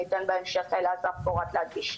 אני אתן לאסף פורת להגיש.